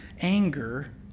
anger